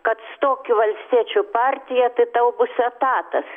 kad stok į valstiečių partiją tai tau bus etatas